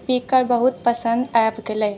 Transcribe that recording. speaker बहुत पसन्द आबि गेलै